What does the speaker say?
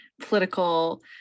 political